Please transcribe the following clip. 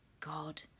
God